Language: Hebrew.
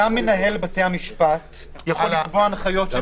גם מנהל בתי המשפט יכול לקבוע הנחיות שהן